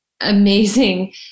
amazing